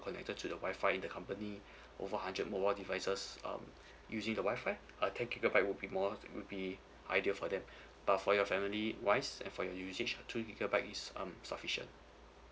connected to the Wi-Fi in the company over hundred mobile devices um using the Wi-Fi a ten gigabyte will be more will be ideal for them but for your family wise and for your usage two gigabyte is um sufficient